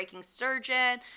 surgeon